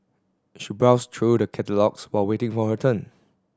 she browsed through the catalogues while waiting for her turn